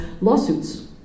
lawsuits